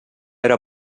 era